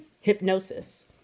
hypnosis